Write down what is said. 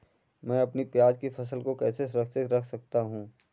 मैं अपनी प्याज की फसल को कैसे सुरक्षित रख सकता हूँ?